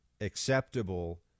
acceptable